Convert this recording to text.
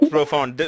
Profound